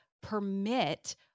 permit